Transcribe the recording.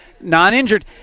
Non-injured